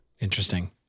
interesting